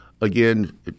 again